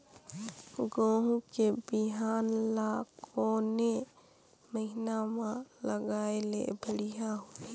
गहूं के बिहान ल कोने महीना म लगाय ले बढ़िया होही?